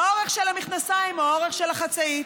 האורך של המכנסיים או האורך של החצאית.